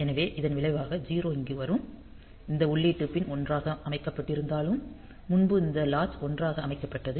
எனவே இதன் விளைவாக 0 இங்கு வரும் இந்த உள்ளீட்டு பின் 1 ஆக அமைக்கப்பட்டிருந்தாலும் முன்பு இந்த லாட்சு 1 ஆக அமைக்கப்பட்டது